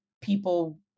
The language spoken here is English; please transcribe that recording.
people